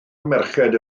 merched